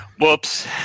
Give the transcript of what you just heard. Whoops